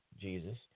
Jesus